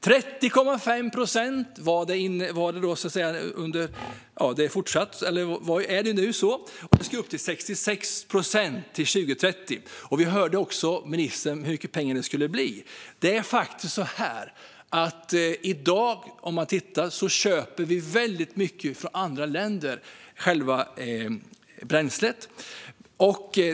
30,5 procent är det nu, och det skulle upp till 66 procent till 2030. Vi hörde av ministern hur mycket pengar det skulle bli. Vi köper faktiskt väldigt mycket av bränslet från andra länder.